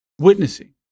witnessing